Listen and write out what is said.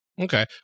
Okay